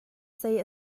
zei